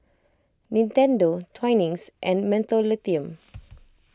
Nintendo Twinings and Mentholatum